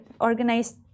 organized